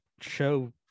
show